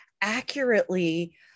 accurately